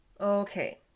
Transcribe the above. Okay